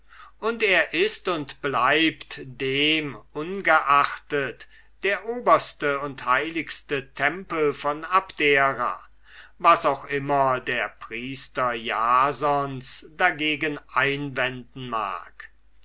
und er ist und bleibt demungeachtet der oberste und heiligste tempel von abdera was auch immer der priester des jasons dagegen einwenden mag